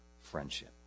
friendship